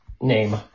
Name